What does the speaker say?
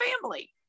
family